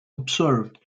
observed